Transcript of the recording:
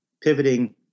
pivoting